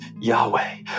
Yahweh